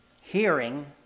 hearing